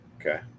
okay